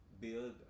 build